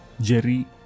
Jerry